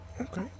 Okay